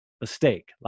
mistake